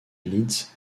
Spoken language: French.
leeds